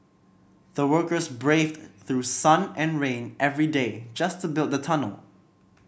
the workers braved through sun and rain every day just to build the tunnel